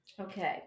okay